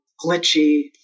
glitchy